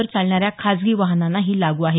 वर चालणाऱ्या खाजगी वाहनांनाही लागू आहे